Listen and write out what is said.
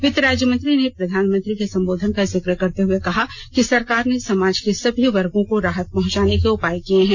वित्त राज्य मंत्री ने प्रधानमंत्री के संबोधन का जिक्र करते हुए कहा कि सरकार ने समाज के सभी वर्गो को राहत पहुंचाने के उपाय किए हैं